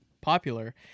popular